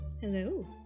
Hello